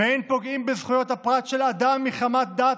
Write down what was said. אין פוגעים בזכויות הפרט של אדם מחמת דת,